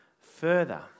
further